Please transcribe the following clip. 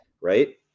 right